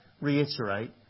reiterate